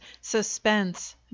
suspense